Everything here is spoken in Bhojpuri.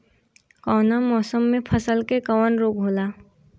कवना मौसम मे फसल के कवन रोग होला?